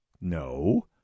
No